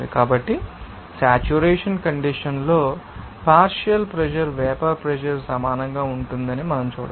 కాబట్టి saturation condition లో partial pressure vapour pressure సమానంగా ఉంటుందని మనం చూడవచ్చు